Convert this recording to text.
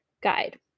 guide